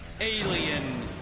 alien